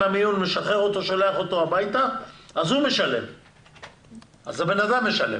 ושולחים אותו הביתה אז האדם משלם.